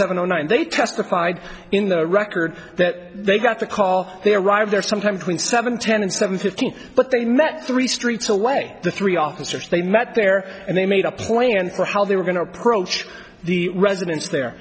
seven o nine and they testified in the record that they got the call they arrived there sometime between seven ten and seven fifteen but they met three streets away the three officers they met there and they made a plan for how they were going to approach the residence there